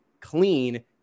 clean